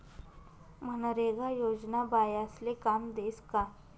मनरेगा योजना बायास्ले काम देस का?